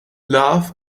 laugh